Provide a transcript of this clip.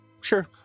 Sure